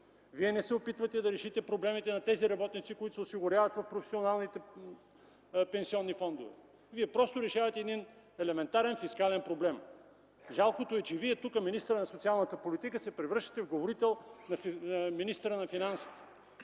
Вие не се опитвате да решите проблемите на тези работници, които се осигуряват в професионалните пенсионни фондове. Вие просто решавате един елементарен фискален проблем. Жалкото е, че Вие тук, министърът на социалната политика, се превръщате в говорител на министъра на финансите.